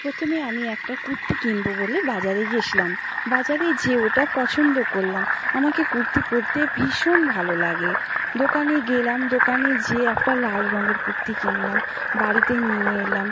প্রথমে আমি একটা কুর্তি কিনবো বলে বাজারে গেছিলাম বাজারে যেয়ে ওটা পছন্দ করলাম আমাকে কুর্তি পরতে ভীষণ ভালো লাগে দোকানে গেলাম দোকানে যেয়ে একটা লাল রঙের কুর্তি কিনলাম বাড়িতে নিয়ে এলাম